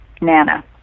Nana